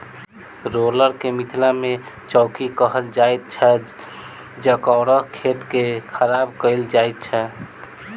roller के मिथिला मे चौकी कहल जाइत छै जकरासँ खेत के बराबर कयल जाइत छै